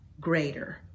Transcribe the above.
greater